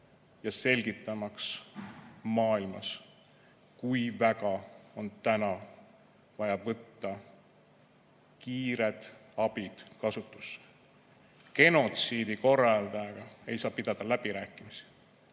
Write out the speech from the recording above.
selgitamaks maailmas, kui väga on täna vaja võtta kiire abi kasutusse. Genotsiidi korraldajaga ei saa pidada läbirääkimisi,